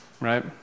right